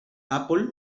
apple